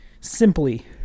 Simply